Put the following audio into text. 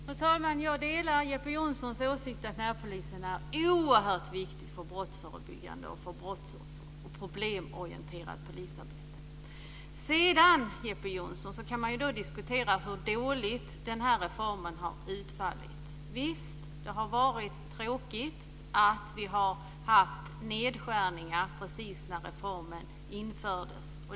Fru talman! Jag delar Jeppe Johnssons åsikt att närpolisen är oerhört viktig för brottsförebyggande och problemorienterat polisarbete. Sedan kan man diskutera hur illa denna reform har utfallit. Visst är det tråkigt att det gjordes nedskärningar precis när reformen infördes.